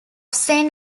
saint